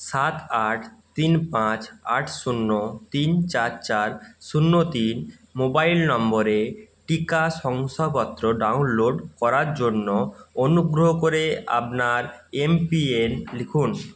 সাত আট তিন পাঁচ আট শূন্য তিন চার চার শূন্য তিন মোবাইল নম্বরে টিকা শংসাপত্র ডাউনলোড করার জন্য অনুগ্রহ করে আপনার এমপিএন লিখুন